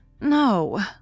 No